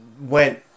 went